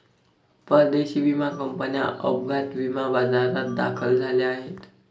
परदेशी विमा कंपन्या अपघात विमा बाजारात दाखल झाल्या आहेत